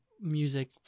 music